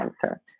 cancer